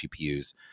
gpus